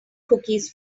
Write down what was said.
cookies